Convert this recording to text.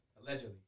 allegedly